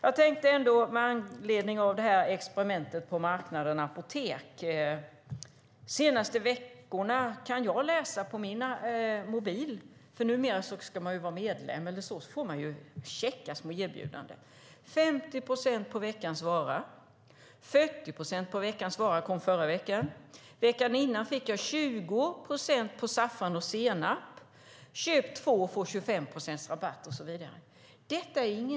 Apropå det här experimentet på apoteksmarknaden får jag käcka små erbjudanden på min mobil; numera ska man ju vara medlem och så. 50 procents rabatt på veckans vara, var det senaste. Förra veckan var det 40 procent på veckans vara. Veckan dessförinnan fick jag 20 procent på saffran och senap. Köp två och få 25 procents rabatt, har jag också fått läsa. Erbjudandena är många.